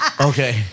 Okay